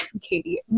katie